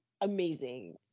amazing